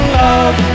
love